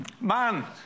man